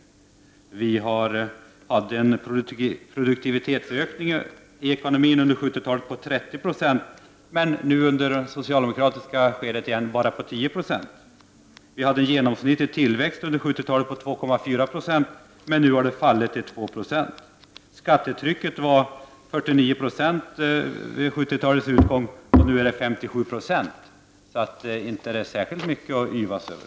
Vi har haft en produktivitetsökning i ekonomin under 70-talet på 30 26 och nu under den socialdemokratiska tiden på bara 10 96. På 70-talet hade vi en tillväxt genomsnittligt på 2,4 26. Nu har den fallit till 2 926. Skattetrycket var 49 96 vid 70-talets utgång. Nu är det 57 96. Så inte är det särskilt mycket att yvas Över.